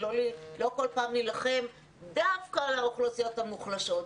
ולא כל פעם להילחם דווקא על האוכלוסיות המוחלשות,